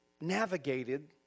navigated